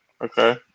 Okay